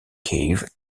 cave